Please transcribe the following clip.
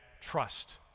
trust